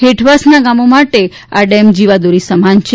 હેઠવાસના ગામો માટે આ ડેમ જીવાદોરી સમાન છે